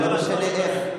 זה לא משנה איך,